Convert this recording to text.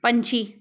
ਪੰਛੀ